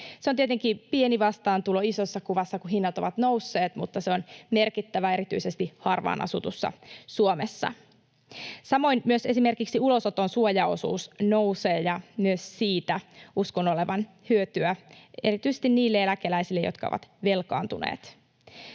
Se on tietenkin pieni vastaantulo isossa kuvassa, kun hinnat ovat nousseet, mutta se on merkittävä erityisesti harvaan asutussa Suomessa. Samoin myös esimerkiksi ulosoton suojaosuus nousee, ja myös siitä uskon olevan hyötyä erityisesti niille eläkeläisille, jotka ovat velkaantuneet.